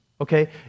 Okay